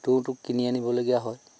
তুঁহটো কিনি আনিবলগীয়া হয়